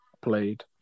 played